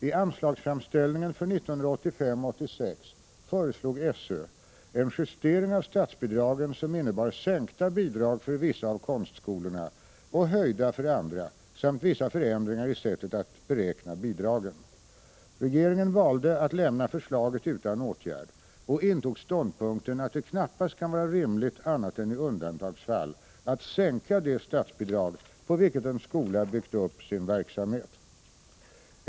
I anslagsframställningen för 1985/86 föreslog SÖ en justering av statsbidragen som innebar sänkta bidrag för vissa av konstskolorna och höjda för andra samt vissa förändringar i sättet att beräkna bidragen. Regeringen valde att lämna förslaget utan åtgärd och intog ståndpunkten att det knappast kan vara rimligt annat än i undantagsfall att sänka det statsbidrag på vilket en skola byggt upp sin verksamhet.